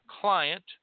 client